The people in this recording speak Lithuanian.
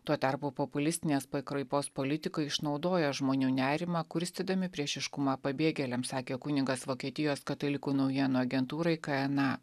tuo tarpu populistinės pakraipos politikai išnaudoja žmonių nerimą kurstydami priešiškumą pabėgėliams sakė kunigas vokietijos katalikų naujienų agentūrai k en a